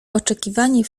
oczekiwanie